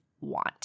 want